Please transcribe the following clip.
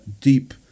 deep